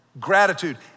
Gratitude